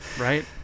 right